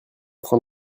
train